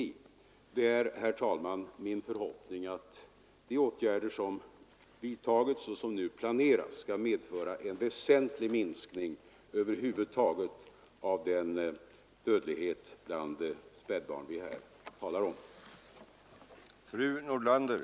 24 januari 1974 Det är, herr talman, min förhoppning att de åtgärder som vidtagits och ———— som nu planeras skall medföra en väsentlig minskning av spädbarnsdöd Ang. een för den ligheten för diabetessjuka kvinnor. som ådömts frihets